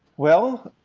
well,